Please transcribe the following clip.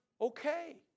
Okay